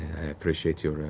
i appreciate your